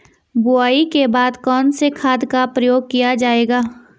बुआई के बाद कौन से खाद का प्रयोग किया जायेगा?